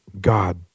God